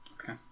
Okay